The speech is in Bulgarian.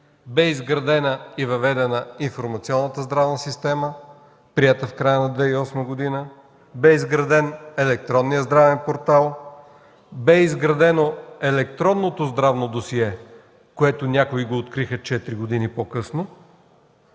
бе изградена и въведена Информационната здравна система, приета в края на 2008 г. Бе изграден Електронният здравен портал, бе изградено Електронното здравно досие, което някои го откриха четири години по-късно.